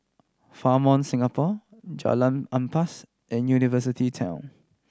Fairmont Singapore Jalan Ampas and University Town